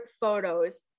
photos